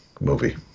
Movie